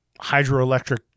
hydroelectric